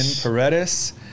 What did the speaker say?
Paredes